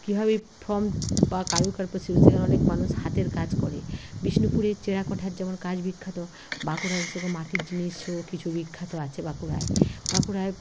কীভাবে ফর্ম বা কারু সেখানে অনেক মানুষ হাতের কাজ করে বিষ্ণুপুরের টেরাকোটার যেমন কাজ বিখ্যাত বাঁকুড়ারও সেরকম মাটির জিনিসও কিছু বিখ্যাত আছে বাঁকুড়ায় বাঁকুড়ায়